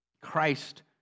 Christ